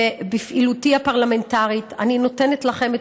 בפעילותי הפרלמנטרית אני נותנת לכם את